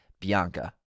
Bianca